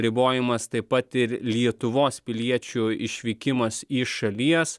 ribojamas taip pat ir lietuvos piliečių išvykimas iš šalies